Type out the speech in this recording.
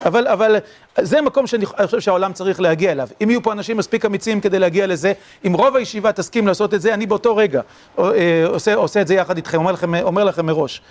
אבל זה מקום שאני חושב שהעולם צריך להגיע אליו. אם יהיו פה אנשים מספיק אמיצים כדי להגיע לזה, אם רוב הישיבה תסכים לעשות את זה, אני באותו רגע עושה את זה יחד איתכם, אומר לכם מראש.